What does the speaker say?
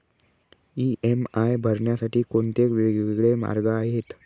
EMI भरण्यासाठी कोणते वेगवेगळे मार्ग आहेत?